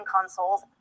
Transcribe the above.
consoles